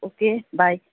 okay bye